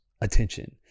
attention